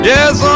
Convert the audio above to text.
Yes